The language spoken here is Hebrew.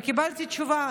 וקיבלתי תשובה.